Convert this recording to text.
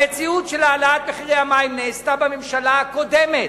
המציאות של העלאת מחירי המים נעשתה בממשלה הקודמת,